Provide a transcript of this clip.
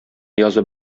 язып